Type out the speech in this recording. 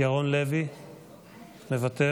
ירון לוי, מוותר.